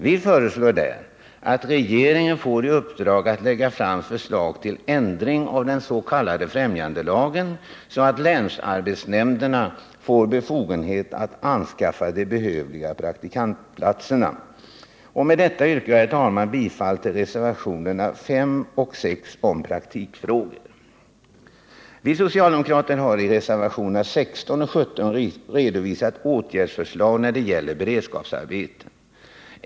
Vi föreslår där att regeringen får i uppdrag att lägga fram förslag till ändring av den s.k. främjandelagen, så att länsarbetsnämnderna får befogenhet att anskaffa de behövliga praktikplatserna. Med dessa ord yrkar jag, herr talman, bifall till reservationerna 5 och 6 om praktikfrågor. Vi socialdemokrater har i reservationerna 16 och 17 redovisat åtgärdsförslag när det gäller beredskapsarbeten.